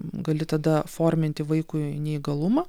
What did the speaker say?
gali tada forminti vaikui neįgalumą